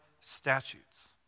statutes